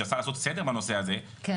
שרצה לעשות סדר בנושא הזה,